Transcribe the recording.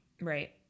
right